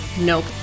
Nope